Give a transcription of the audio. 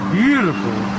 beautiful